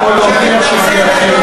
או להוכיח שפגיעתכם